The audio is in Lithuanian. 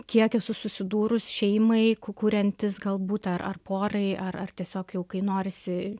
kiek esu susidūrus šeimai ku kuriantis galbūt ar ar porai ar ar tiesiog jau kai norisi